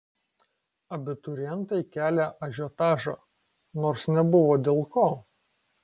abiturientai kelią ažiotažą nors nebuvo dėl ko